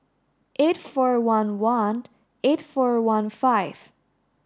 eight four one one eight four one five